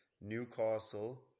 Newcastle